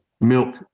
Milk